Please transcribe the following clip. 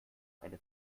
eine